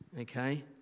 Okay